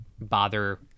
bother